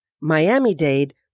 Miami-Dade